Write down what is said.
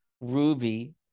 Ruby